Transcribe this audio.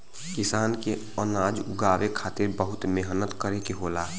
किसान के अनाज उगावे के खातिर बहुत मेहनत करे के होला